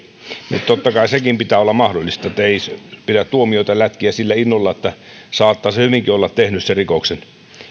niin totta kai senkin pitää olla mahdollista että ei pidä tuomioita lätkiä sillä innolla että saattaa se hyvinkin olla tehnyt sen rikoksen kyllä